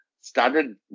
started